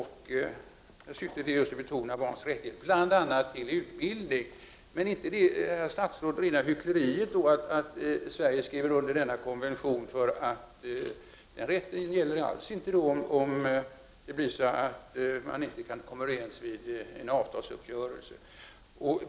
Syftet är att betona barnens rättigheter, bl.a. till utbildning. Men är det då, herr statsråd, inte rena hyckleriet att Sverige skriver under den här konventionen? Denna rättighet gäller ju inte om man inte kan komma fram till en avtalsuppgörelse.